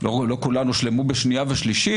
לא כולן הושלמו בקריאה שנייה ושלישית.